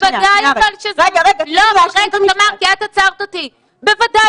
בוודאי שזה משנה, את יודעת למה?